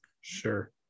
Sure